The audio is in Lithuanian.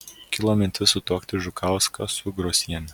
kilo mintis sutuokti žukauską su grosiene